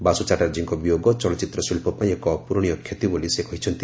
ବାସୁ ଚାଟାର୍ଜୀଙ୍କ ବିୟୋଗ ଚଳଚ୍ଚିତ୍ର ଶିଳ୍ପ ପାଇଁ ଏକ ଅପୂରଣୀୟ କ୍ଷତି ବୋଲି ଶ୍ରୀ ନାଇଡୁ କହିଛନ୍ତି